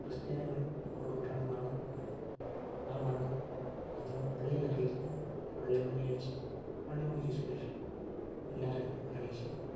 ക്രിസ്ത്യാനികൾ ഇപ്പോൾ ഒരാൾ മരണപ്പെട്ടാൽ ആ മരണം ആദ്യം പള്ളിയിലറിയിക്കും പള്ളി മണിയടിക്കും പള്ളി മണിക്ക് ശേഷം എല്ലാവരെയും അറിയിക്കും